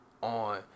on